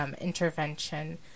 intervention